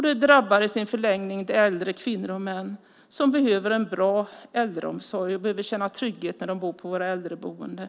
Det drabbar i sin förlängning de äldre kvinnor och män som behöver en bra äldreomsorg och behöver känna trygghet när de bor på våra äldreboenden.